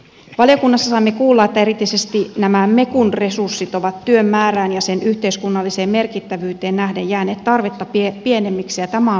valiokunnassa saimme kuulla että erityisesti nämä mekun resurssit ovat työn määrään ja sen yhteiskunnalliseen merkittävyyteen nähden jääneet tarvetta pienemmiksi ja tämä on huolestuttavaa